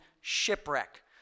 shipwreck